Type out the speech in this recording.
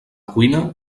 cuina